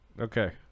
Okay